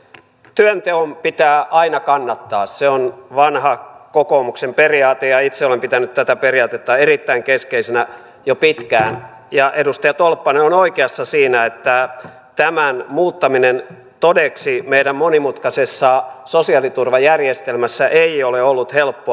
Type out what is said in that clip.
työnteon pitää aina kannattaa se on vanha kokoomuksen periaate ja itse olen pitänyt tätä periaatetta erittäin keskeisenä jo pitkään ja edustaja tolppanen on oikeassa siinä että tämän muuttaminen todeksi meidän monimutkaisessa sosiaaliturvajärjestelmässämme ei ole ollut helppoa